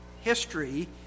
history